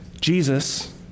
Jesus